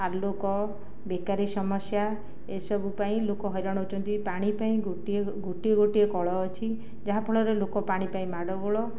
ଆଲୋକ ବେକାରୀ ସମସ୍ୟା ଏସବୁ ପାଇଁ ଲୋକ ହଇରାଣ ହେଉଛନ୍ତି ପାଣି ପାଇଁ ଗୋଟିଏ ଗୋଟିଏ ଗୋଟିଏ କଳ ଅଛି ଯାହାଫଳରେ ଲୋକ ପାଣି ପାଇଁ ମାଡ଼ଗୋଳ